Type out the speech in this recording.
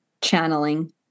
channeling